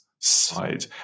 side